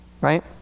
Right